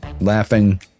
laughing